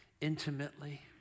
intimately